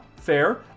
fair